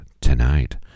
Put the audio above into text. tonight